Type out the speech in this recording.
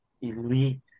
elite